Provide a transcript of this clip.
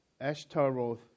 Ashtaroth